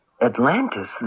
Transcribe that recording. Atlantis